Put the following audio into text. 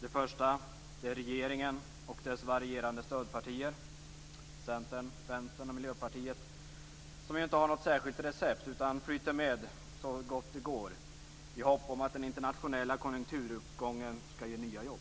Det första är regeringen och dess varierande stödpartier, Centern, Vänstern och Miljöpartiet, som inte har något särskilt recept utan flyter med så gott det går i hopp om att den internationella konjunkturuppgången skall ge nya jobb.